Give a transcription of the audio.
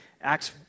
Acts